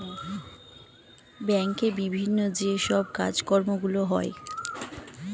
ব্যাংকের বিভিন্ন যে সব কাজকর্মগুলো হয়